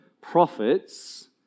prophets